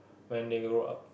when they grow up